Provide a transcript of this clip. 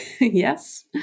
Yes